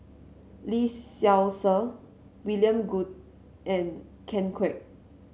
Lee Seow Ser William Goode and Ken Kwek